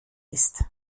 ist